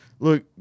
Look